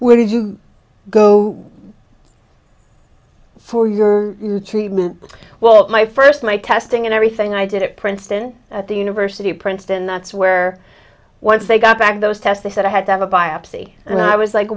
where did you go for your treatment well my first my testing and everything i did it princeton at the university of princeton that's where once they got back those tests they said i had to have a biopsy and i was like